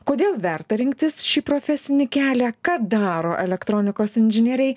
kodėl verta rinktis šį profesinį kelią ką daro elektronikos inžinieriai